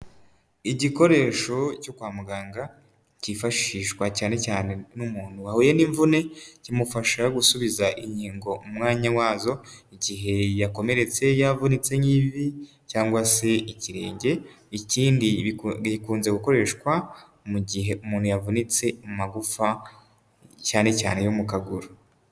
Igikoresho cyo kwa muganga kifashishwa cyane cyane n'umuntu wahuye n'imvune kimufasha gusubiza ingingo mu mwanya wazo igihe yakomeretse, yavunitse nk'ivi cyangwa se ikirenge, ikindi bikunze gukoreshwa mu gihe umuntu yavunitse amagufa cyane cyane yo mu kaguru.